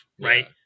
right